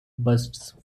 busts